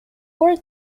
were